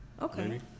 okay